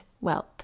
wealth